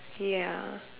ya